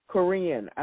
Korean